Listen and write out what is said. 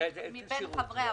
תישמע גם עמדתו של מנהל מחלקת